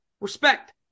Respect